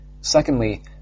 Secondly